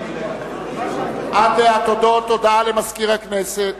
עד התודות, הודעה למזכיר הכנסת.